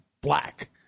black